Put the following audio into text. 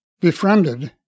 befriended